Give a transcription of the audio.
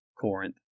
Corinth